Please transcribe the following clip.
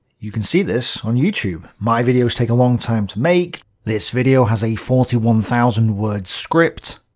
you can see this on youtube. my videos take a long time to make. this video has a forty one thousand word script.